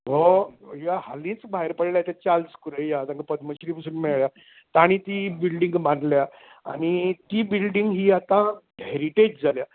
हो ह्या हालींच भायर पडला त्या चार्लस कुर्ररया जांका पद्मश्री पलून मेळ्या ताणी ती बिल्डींग बांदल्या आनी ती बिल्डींग ही आतां हॅरिटेज जाल्या